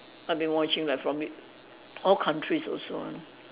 I've been watching like from it all countries also ah